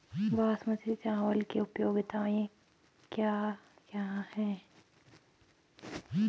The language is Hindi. बासमती चावल की उपयोगिताओं क्या क्या हैं?